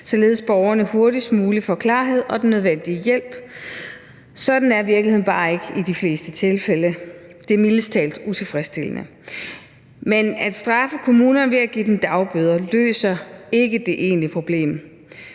således at borgerne hurtigst muligt får klarhed og den nødvendige hjælp. Sådan er virkeligheden bare ikke i de fleste tilfælde, og det er mildest talt utilfredsstillende. Men at straffe kommunerne ved at give dem dagbøder, løser ikke det egentlige problem.